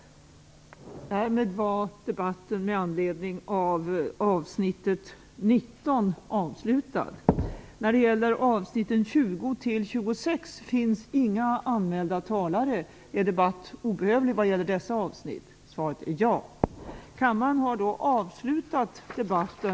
Propositioner ställdes först beträffande envar av de frågor som berördes i de reservationer som fogats till betänkandet och därefter i ett sammanhang på övriga upptagna frågor.